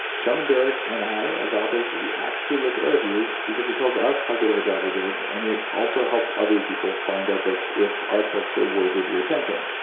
shaman durek and i, as authors, we actually look at our reviews because it tells us how good of a job we did. and it also helps other people find our books if our books are worthy of your attention.